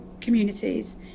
communities